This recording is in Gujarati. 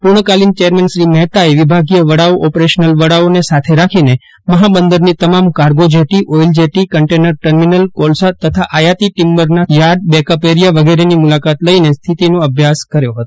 પૂર્ણકાલીન ચેરમેન શ્રી મહેતાએ વિભાગીય વડાઓ ઓપરેશનલ વડાઓને સાથે રાખીને મહાબંદરની તમામ cargo jetty oil jetty container terminal કોલસા તથા આયાતી ટિમ્બરના યાર્ડ બેકઅપ એરિયા વગેરેની મુલાકાત લઈને સ્થિતિનો અભ્યાસ કર્યો હતો